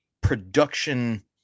production